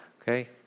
Okay